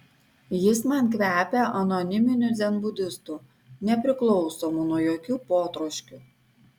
jis man kvepia anoniminiu dzenbudistu nepriklausomu nuo jokių potroškių